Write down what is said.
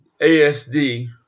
ASD